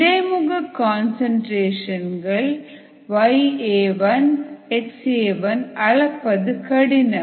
இடைமுக கன்சன்ட்ரேஷன் கள் yAi xAi அளப்பது கடினம்